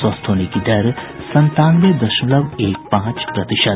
स्वस्थ होने की दर संतानवे दशमलव एक पांच प्रतिशत